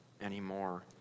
anymore